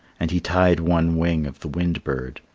and he tied one wing of the wind bird,